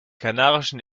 kanarischen